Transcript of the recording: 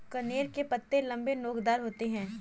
कनेर के पत्ते लम्बे, नोकदार होते हैं